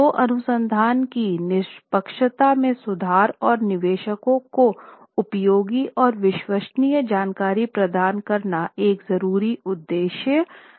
तो अनुसंधान की निष्पक्षता में सुधार और निवेशकों को उपयोगी और विश्वसनीय जानकारी प्रदान करना एक ज़रूरी उद्देश्य था